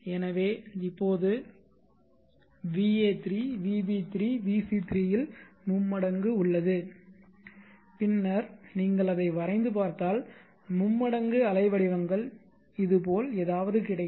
எனவே இப்போது va3 vb3 vc3 இல் மும்மடங்கு உள்ளது பின்னர் நீங்கள் அதை வரைந்து பார்த்தால் மும்மடங்கு அலை வடிவங்கள் இது போல் ஏதாவது கிடைக்கும்